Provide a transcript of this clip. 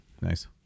Nice